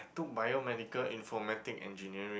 took Biomedical Informatic Engineering